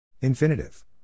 Infinitive